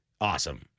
awesome